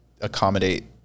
accommodate